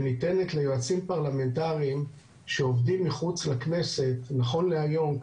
שניתנת ליועצים פרלמנטריים שעובדים מחוץ לכנסת נכון להיום,